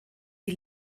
die